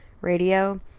radio